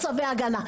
צווי ההגנה.